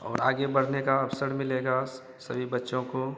और आगे बढ़ने का अवसर मिलेगा सभी बच्चों को